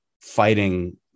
fighting